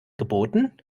geboten